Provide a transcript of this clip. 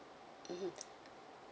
mmhmm